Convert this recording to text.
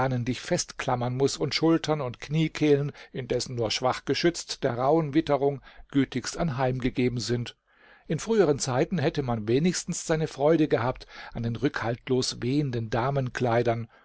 dich festklammern muß und schultern und kniekehlen indessen nur schwach geschützt der rauhen witterung gütigst anheimgegeben sind in früheren zeiten hätte man wenigstens seine freude gehabt an den rückhaltlos wehenden